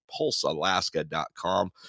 pulsealaska.com